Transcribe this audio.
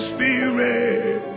Spirit